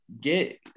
get